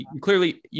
clearly